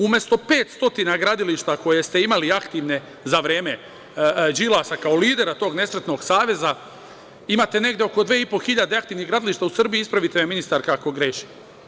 Umesto 500 gradilišta koja ste imali aktivne za vreme Đilasa kao lidera tog nesretnog saveza, imate negde oko 2.500 aktivnih gradilišta u Srbiji, ispravite me ministarka ako grešim.